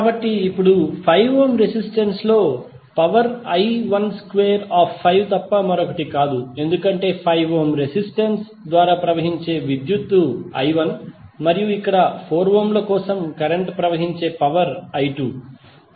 కాబట్టి ఇప్పుడు 5 ohm resistor లో పవర్ I12 తప్ప మరొకటి కాదు ఎందుకంటే 5 ఓం రెసిస్టెన్స్ ద్వారా ప్రవహించే విద్యుత్తు I1 మరియు ఇక్కడ 4 ఓం ల కోసం కరెంట్ ప్రవహించే పవర్ I2